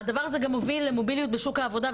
הדבר הזה גם מוביל למוביליות בשוק העבודה,